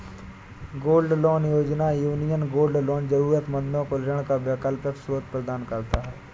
gold loan योजना, Union gold loan जरूरतमंदों को ऋण का वैकल्पिक स्रोत प्रदान करता है